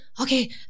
okay